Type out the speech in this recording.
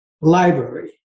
library